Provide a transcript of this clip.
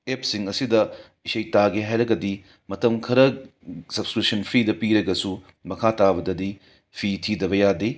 ꯑꯦꯞꯁꯤꯡ ꯑꯁꯤꯗ ꯏꯁꯩ ꯇꯥꯒꯦ ꯍꯥꯏꯔꯒꯗꯤ ꯃꯇꯝ ꯈꯔ ꯁꯕꯁꯀ꯭ꯔꯤꯞꯁꯟ ꯐ꯭ꯔꯤꯗ ꯄꯤꯔꯒꯁꯨ ꯃꯈꯥ ꯇꯥꯕꯗꯗꯤ ꯐꯤ ꯊꯤꯗꯕ ꯌꯥꯗꯦ